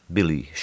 Billy